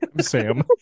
Sam